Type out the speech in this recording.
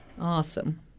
Awesome